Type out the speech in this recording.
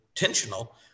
Intentional